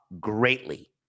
greatly